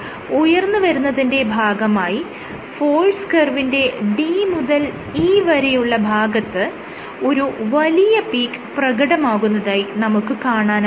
tip ഉയർന്ന് വരുന്നതിന്റെ ഫലമായി ഫോഴ്സ് കർവിന്റെ D മുതൽ E വരെയുള്ള ഭാഗത്ത് ഒരു വലിയ പീക്ക് പ്രകടമാകുന്നതായി നമുക്ക് കാണാനാകും